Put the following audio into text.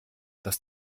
dass